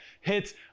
hits